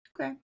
Okay